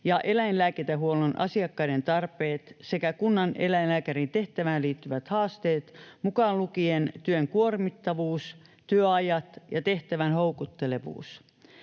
ja eläinlääkintähuollon asiakkaiden tarpeet sekä kunnaneläinlääkärin tehtävään liittyvät haasteet mukaan lukien työn kuormittavuus, työajat ja tehtävän houkuttelevuus.